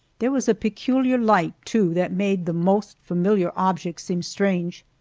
there was a peculiar light, too, that made the most familiar objects seem strange.